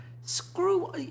screw